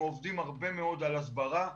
אנחנו עובדים הרבה מאוד על הסברה.